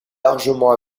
largement